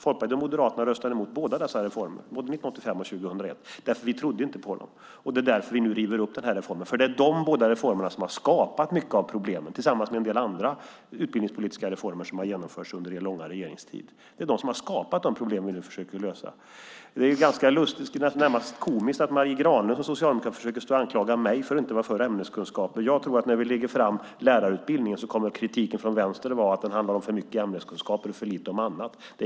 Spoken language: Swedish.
Folkpartiet och Moderaterna röstade mot båda dessa reformer, både 1985 och 2001, därför att vi inte trodde på dem. Det är därför vi nu river upp detta. Det är de båda reformerna som har skapat mycket av problemen, tillsammans med en del andra utbildningspolitiska reformer som har genomförts under er långa regeringstid. Det är de som har skapat de problem som vi nu försöker lösa. Det är närmast komiskt att Marie Granlund från Socialdemokraterna försöker anklaga mig för att inte vara för ämneskunskaper. Jag tror att när vi lägger fram förslaget till lärarutbildning kommer kritiken från vänstern att vara att det handlar för mycket om ämneskunskaper och för lite om annat.